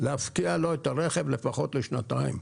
להפקיע לו את הרכב לפחות לשנתיים.